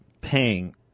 paying